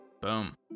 Boom